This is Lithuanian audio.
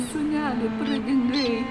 sūneli pradingai